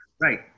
right